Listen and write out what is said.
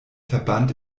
verband